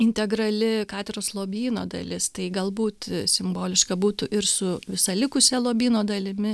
integrali katedros lobyno dalis tai galbūt simboliška būtų ir su visa likusia lobyno dalimi